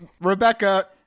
Rebecca